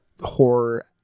horror